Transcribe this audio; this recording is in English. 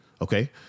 Okay